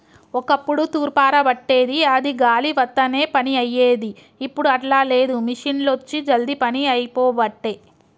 ఒక్కప్పుడు తూర్పార బట్టేది అది గాలి వత్తనే పని అయ్యేది, ఇప్పుడు అట్లా లేదు మిషిండ్లొచ్చి జల్దీ పని అయిపోబట్టే